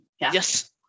Yes